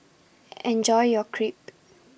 Enjoy your Crepe